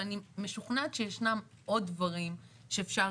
אבל אני משוכנעת שישנן עוד דברים שאפשר